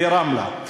ברמלה.